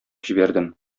җибәрдем